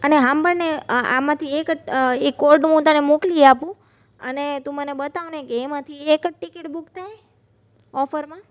અને સાંભળને આમાંથી એક એ કોડનું હું તને મોકલી આપું અને તું મને બતાવને કે એમાંથી એક જ ટિકિટ બુક થાય ઓફરમાં